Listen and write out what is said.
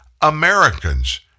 Americans